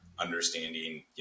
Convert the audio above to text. understanding